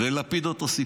ולפיד, אותו סיפור.